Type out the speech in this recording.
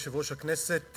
תודה, אדוני יושב-ראש הכנסת.